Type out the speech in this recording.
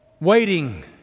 Waiting